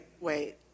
wait